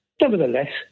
Nevertheless